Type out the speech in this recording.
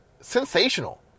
Sensational